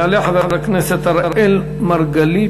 יעלה חבר הכנסת אראל מרגלית,